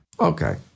Okay